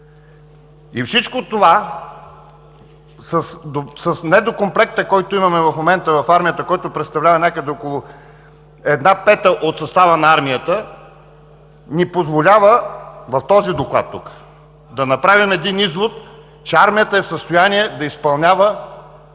И всичко това с недокомплекта, който имаме в момента в армията, който представлява някъде около една пета от състава на армията, ни позволява, в този доклад, да направим един извод, че армията е в състояние да изпълнява